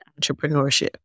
entrepreneurship